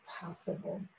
possible